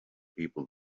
people